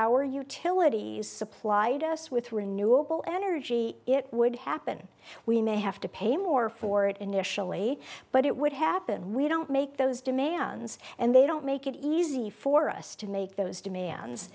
our utilities supplied us with renewable energy it would happen we may have to pay more for it initially but it would happen we don't make those demands and they don't make it easy for us to make those demands